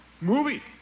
Movie